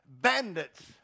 bandits